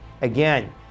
Again